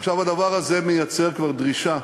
עכשיו, הדבר הזה מייצר כבר דרישה,